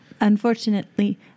Unfortunately